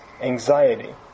anxiety